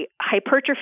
hypertrophy